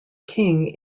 king